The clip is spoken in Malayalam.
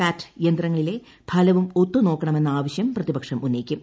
പാറ്റ് യന്ത്രങ്ങളിലെ ഫലവും ഒത്തുനോക്കണമെന്ന ആവശ്യം പ്രതിപക്ഷം ഉന്നയിക്കും